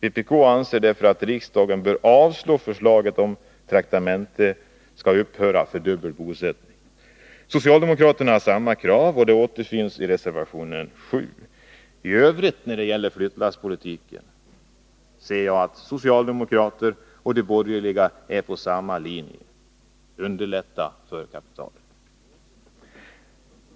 Vpk anser därför att riksdagen bör avslå förslaget om att traktamente för dubbel bosättning skall upphöra. Socialdemokraterna har samma krav, och det återfinns i reservation 7. I övrigt när det gäller flyttlasspolitiken är socialdemokraterna och de borgerliga på samma linje — underlätta för kapitalet.